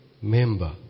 member